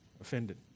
offended